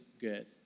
good